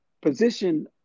position